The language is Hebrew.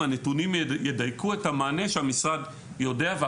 בסופו של יום הנתונים ידייקו את המענה שהמשרד יודע לתת,